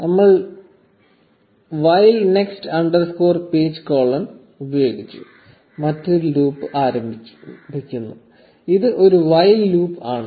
നമ്മൾ while next underscore page colon ഉപയോഗിച്ചു മറ്റൊരു ലൂപ്പ് ആരംഭിക്കുന്നു ഇത് ഒരു 'വൈല് ലൂപ്പ് ആണ്